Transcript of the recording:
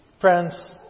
Friends